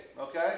Okay